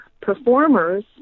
performers